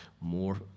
more